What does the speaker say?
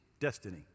destiny